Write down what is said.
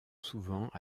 souvent